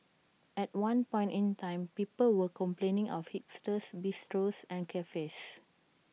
at one point in time people were complaining of hipster bistros and cafes